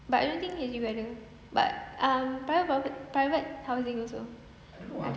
but I don't think H_D_B ada but um private proper~ private housing also ada